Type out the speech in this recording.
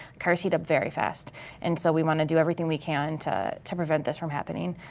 cars heat up very fast and so we wanna do everything we can to to prevent this from happening.